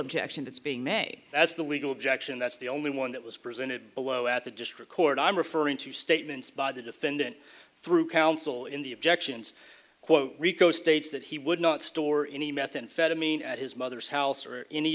objection that's being may that's the legal objection that's the only one that was presented below at the district court i'm referring to statements by the defendant through counsel in the objections quote rico states that he would not store any methamphetamine at his mother's house or any